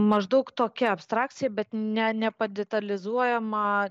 maždaug tokia abstrakcija bet ne nepadetalizuojama